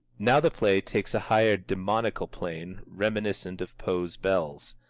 now the play takes a higher demoniacal plane reminiscent of poe's bells.